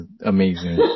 amazing